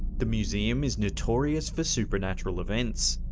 the museum is notorious for supernatural events.